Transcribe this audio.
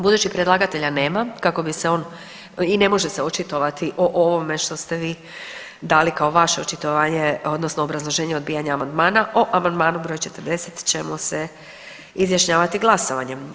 Budući predlagatelja nema kako bi se on i ne može se očitovati o ovome što ste vi dali kao vaše očitovanje, odnosno obrazloženje odbijanja amandmana, o amandmanu br. 40 ćemo se izjašnjavati glasovanje.